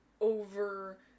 over